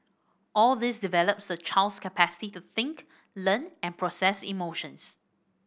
all this develops the child's capacity to think learn and process emotions